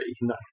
No